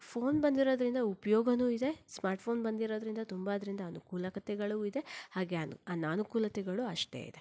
phone ಬಂದಿರೋದ್ರಿಂದ ಉಪಯೋಗವೂ ಇದೆ ಸ್ಮಾರ್ಟ್ ಫೋನ್ ಬಂದಿರೋದ್ರಿಂದ ತುಂಬ ಅದರಿಂದ ಅನುಕೂಲತೆಗಳು ಇದೆ ಹಾಗೆ ಅನ ಅನನುಕೂಲತೆಗಳು ಅಷ್ಟೇ ಇದೆ